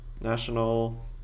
National